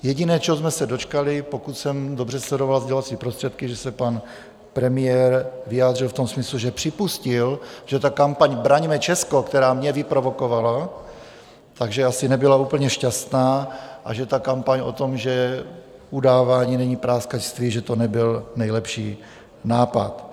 Jediné, čeho jsme se dočkali pokud jsem dobře sledoval sdělovací prostředky že se pan premiér vyjádřil v tom smyslu, že připustil, že ta kampaň Braňme Česko, která mě vyprovokovala, asi nebyla úplně šťastná a že ta kampaň o tom, že udávání není práskačství, že to nebyl nejlepší nápad.